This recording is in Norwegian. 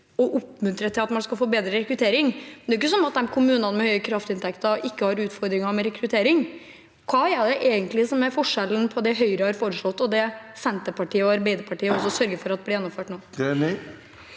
å oppmuntre til at man skal få bedre rekruttering. Det er ikke sånn at kommunene med høye kraftinntekter ikke har utfordringer med rekruttering. Hva er det egentlig som er forskjellen på det Høyre har foreslått, og det Senterpartiet og Arbeiderpartiet sørger for at blir gjennomført nå?